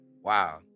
wow